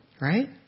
right